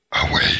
away